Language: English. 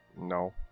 No